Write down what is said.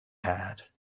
had